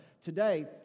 today